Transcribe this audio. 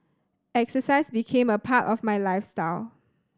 exercise became a part of my lifestyle